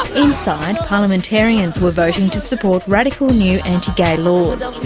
inside, parliamentarians were voting to support radical new anti-gay laws.